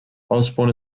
osborne